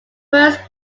first